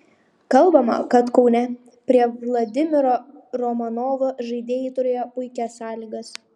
kalbama kad kaune prie vladimiro romanovo žaidėjai turėjo puikias sąlygas